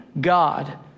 God